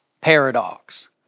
paradox